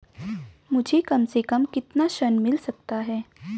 मुझे कम से कम कितना ऋण मिल सकता है?